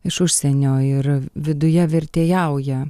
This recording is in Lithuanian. iš užsienio ir viduje vertėjauja